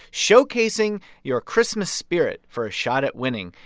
showcasing your christmas spirit for a shot at winning.